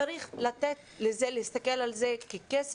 צריך להסתכל על זה ככסף,